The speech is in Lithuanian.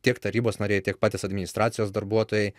tiek tarybos nariai tiek patys administracijos darbuotojai